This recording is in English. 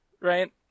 right